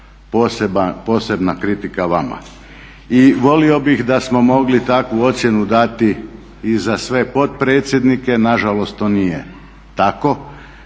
posebna kritika vama. I volio bih da smo mogli takvu ocjenu dati i za sve potpredsjednike, nažalost to nije tako,